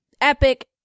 epic